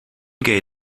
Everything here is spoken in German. gate